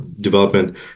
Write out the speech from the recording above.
development